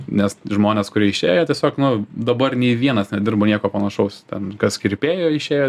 nes žmonės kurie išėjo tiesiog nu dabar nei vienas nedirba nieko panašaus ten kas kirpėja išėjo